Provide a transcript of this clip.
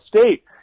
State